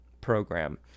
program